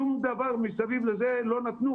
שום דבר הם לא נתנו,